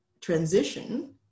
transition